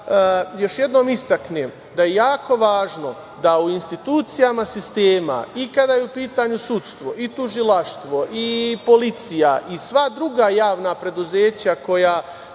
još jednom istaknem da je jako važno da u institucijama sistema, i kada je u pitanju sudstvo i tužilaštvo i policija i sva druga javna preduzeća koja